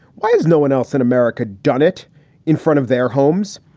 why is no one else in america done it in front of their homes?